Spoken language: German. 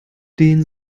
den